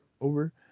over